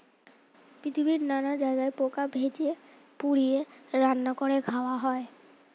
পৃথিবীর নানা জায়গায় পোকা ভেজে, পুড়িয়ে, রান্না করে খাওয়া হয়